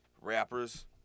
Rappers